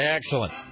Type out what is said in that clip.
Excellent